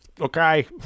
Okay